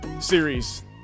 series